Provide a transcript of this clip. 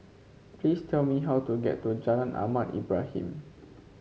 please tell me how to get to Jalan Ahmad Ibrahim